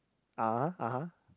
(uh huh) (uh huh)